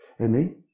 Amen